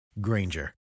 Granger